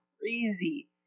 crazy